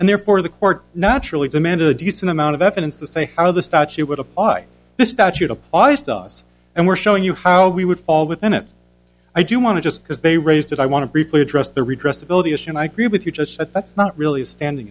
and therefore the court naturally demanded a decent amount of evidence to say how the statute would apply the statute applies to us and we're showing you how we would fall within it i do want to just because they raised it i want to briefly address the redressed ability as you just said that's not really a standing